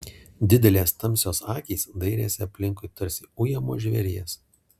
didelės tamsios akys dairėsi aplinkui tarsi ujamo žvėries